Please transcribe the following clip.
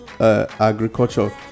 agriculture